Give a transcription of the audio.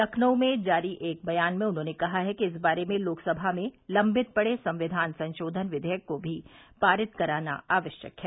लखनऊ में जारी एक बयान में उन्होंने कहा है कि इस बारे में लोकसभा में लम्बित पड़े संविधान संशोधन विधेयक को भी पारित कराना आवश्यक है